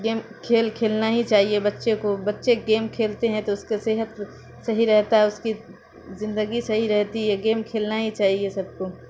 game کھیل کھیلنا ہی چاہیے بچے کو بچے گیم کھیلتے ہیں تو اس کے صحت صحیح رہتا ہے اس کی زندگی صحیح رہتی ہے گیم کھیلنا ہی چاہیے سب کو